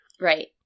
right